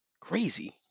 Crazy